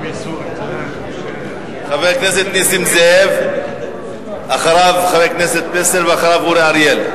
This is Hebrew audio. חבר הכנסת פלסנר, ואחריו, חבר הכנסת אורי אריאל.